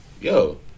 yo